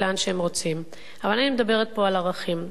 ולעניין הערכים,